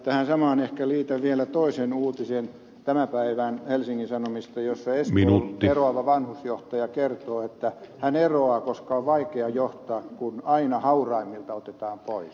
tähän samaan ehkä liitän vielä toisen uutisen tämän päivän helsingin sanomista jossa espoon eroava vanhusjohtaja kertoo että hän eroaa koska on vaikea johtaa kun aina hauraimmilta otetaan pois